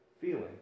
feeling